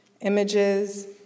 images